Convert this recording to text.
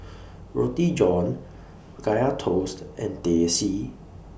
Roti John Kaya Toast and Teh C